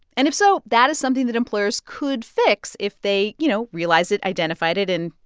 and if so, that is something that employers could fix if they, you know, realize it, identified it and,